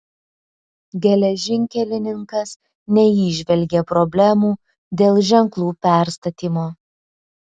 geležinkelininkas neįžvelgė problemų dėl ženklų perstatymo